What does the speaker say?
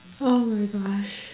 oh my gosh